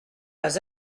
pas